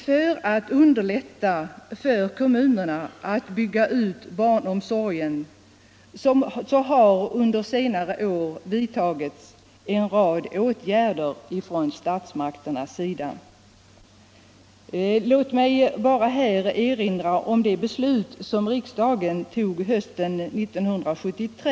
För att underlätta för kommunerna att snabbt bygga ut-barnomsorgen har under senare år en rad åtgärder vidtagits från statsmakternas sida. Låt mig bara erinra om det beslut som riksdagen fattade hösten 1973.